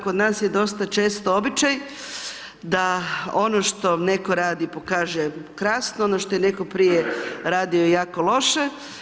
Kod nas je dosta često običaj, da ono što netko radi, pokaže krasno, ono što je netko prije radio je jako loše.